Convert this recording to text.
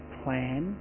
plan